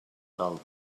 del